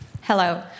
Hello